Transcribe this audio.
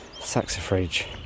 saxifrage